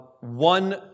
one